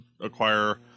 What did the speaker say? acquire